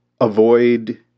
avoid